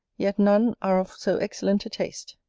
yet none are of so excellent a taste.